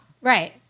Right